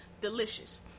delicious